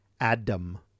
Adam